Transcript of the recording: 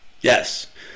Yes